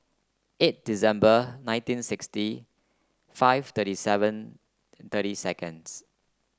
eight December nineteen sixty five thirty seven thirty seconds